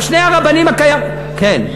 עכשיו, שני הרבנים, כן.